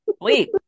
wait